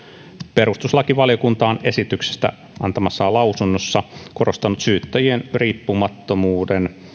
perustuslakivaliokunta on esityksestä antamassaan lausunnossa korostanut syyttäjien riippumattomuuden